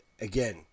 again